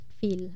feel